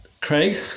Craig